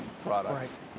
products